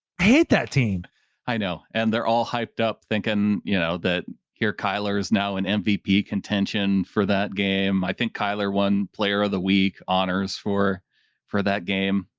hate that team. brandan i know. and they're all hyped up thinking, you know that here kyler is now an mvp contention for that game. i think kyler one player of the week honors for for that game.